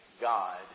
God